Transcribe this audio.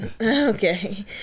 Okay